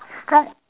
start